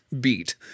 beat